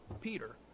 Peter